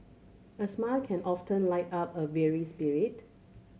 a smile can often light up a weary spirit